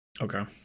Okay